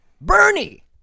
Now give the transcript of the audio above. Bernie